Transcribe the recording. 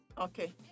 Okay